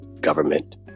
government